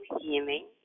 healing